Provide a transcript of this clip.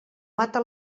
mata